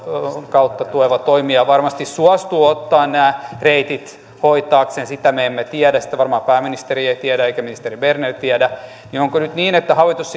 kautta tuleva toimija varmasti suostuu ottamaan nämä reitit hoitaakseen sitä me emme tiedä sitä varmaan pääministeri ei tiedä eikä ministeri berner tiedä onko nyt niin että hallitus